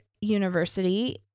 University